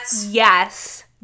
Yes